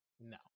No